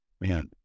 man